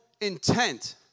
intent